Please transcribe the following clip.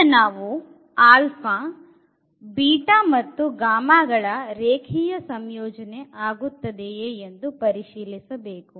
ಈಗ ನಾವು ಗಳ ರೇಖೀಯ ಸಂಯೋಜನೆ ಆಗುತ್ತದೆಯೇ ಎಂದು ಪರಿಶೀಲಿಸಬೇಕು